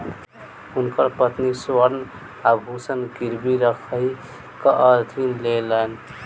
हुनकर पत्नी स्वर्ण आभूषण गिरवी राइख कअ ऋण लेलैन